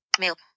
Milk